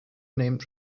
named